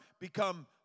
become